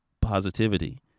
positivity